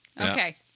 Okay